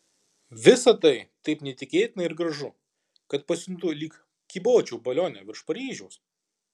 visa tai taip neįtikėtina ir gražu kad pasijuntu lyg kybočiau balione virš paryžiaus